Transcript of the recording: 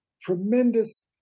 tremendous